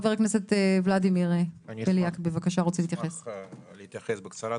חבר הכנסת ולדימיר בליאק רוצה להתייחס, בבקשה.